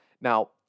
Now